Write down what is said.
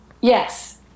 Yes